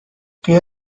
بیا